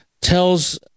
tells